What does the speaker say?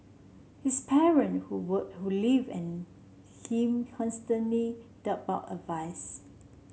his parent who work who live an him constantly doled out advice